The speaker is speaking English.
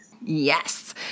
yes